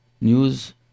news